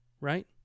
right